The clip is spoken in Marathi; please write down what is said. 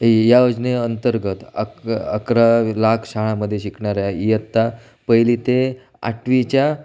या योजने अंतर्गत अक अकरा लाख शाळांमध्ये शिकणाऱ्या इयत्ता पहिली ते आठवीच्या